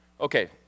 Okay